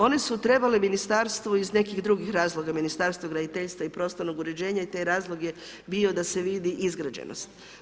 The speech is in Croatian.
One su trebale ministarstvu iz nekih drugih razloga, Ministarstvo graditeljstva i prostornog uređenja i taj razlog je bio da se vidi izgrađenost.